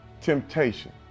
temptation